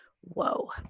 whoa